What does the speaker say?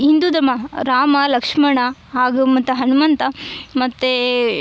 ಹಿಂದೂ ಧರ್ಮ ರಾಮ ಲಕ್ಷ್ಮಣ ಹಾಗು ಮತ್ತು ಹನುಮಂತ ಮತ್ತು